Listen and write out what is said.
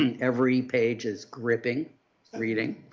and every page is gripping reading.